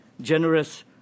generous